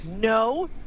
no